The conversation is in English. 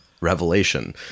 Revelation